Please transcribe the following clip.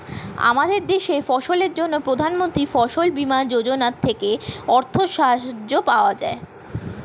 আমাদের দেশে ফসলের জন্য প্রধানমন্ত্রী ফসল বীমা যোজনা থেকে অর্থ সাহায্য পাওয়া যায়